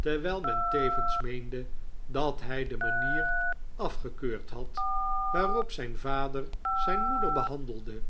terwijl men tevens meende dat hij de manier afgekeurd had waarop zijn vader zijn moeder behandelde